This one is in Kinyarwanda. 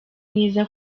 mwiza